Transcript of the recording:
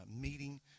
meeting